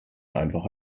einfach